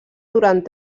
durant